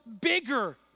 bigger